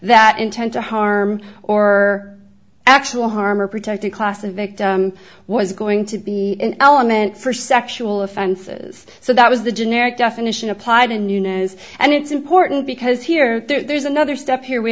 that intent to harm or actual harm or protected class a victim was going to be an element for sexual offenses so that was the generic definition applied in newness and it's important because here there's another step here we